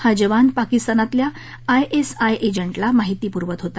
हा जवान पाकिस्तानातल्या आयएसआय एजंटला माहिती पुरवत होता